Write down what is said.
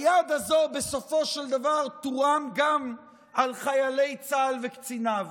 היד הזו בסופו של דבר תורם גם על חיילי צה"ל וקציניו?